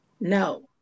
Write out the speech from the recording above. No